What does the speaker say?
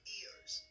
ears